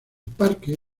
parque